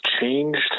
changed